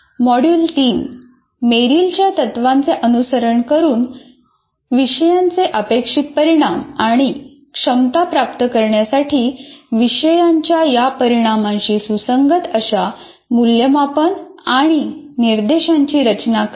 module 3 मेरिलच्या तत्त्वांचे अनुसरण करून विषयांचे अपेक्षित परिणाम आणि क्षमता प्राप्त करण्यासाठी विषयांच्या या परिणामांशी सुसंगत अशा मूल्यमापन आणि निर्देशांची रचना करणे